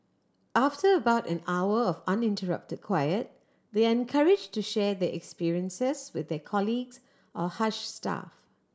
after about an hour of uninterrupted quiet they are encourage to share their experiences with their colleagues or hush staff